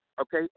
okay